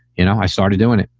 you know, i started doing it.